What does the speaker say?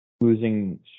losing